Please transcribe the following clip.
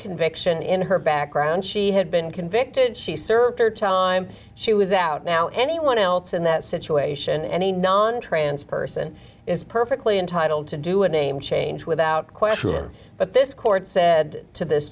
conviction in her background she had been convicted she served her time she was out now anyone else in that situation any non trans person is perfectly entitled to do a name change without question but this court said to this